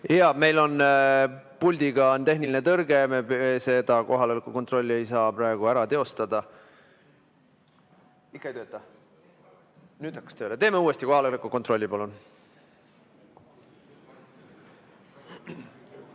Meil on puldis tehniline tõrge, kohaloleku kontrolli ei saa praegu teha. Ikka ei tööta? Nüüd hakkas tööle. Teeme uuesti kohaloleku kontrolli, palun!